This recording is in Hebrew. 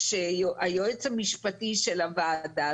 שהיועץ המשפטי של הוועדה,